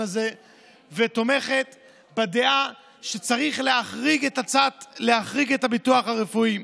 הזה ותומכת בדעה שצריך להחריג את הביטוח הרפואי.